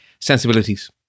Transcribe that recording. sensibilities